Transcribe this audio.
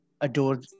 adore